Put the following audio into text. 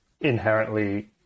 inherently